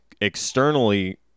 externally